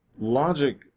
Logic